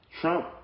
Trump